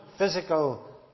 physical